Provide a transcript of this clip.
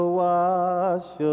wash